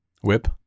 Whip